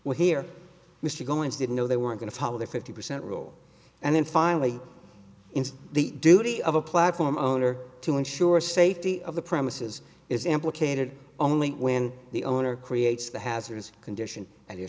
well here was to go into didn't know they were going to follow their fifty percent rule and then finally into the duty of a platform owner to ensure safety of the premises is implicated only when the owner creates the hazardous condition and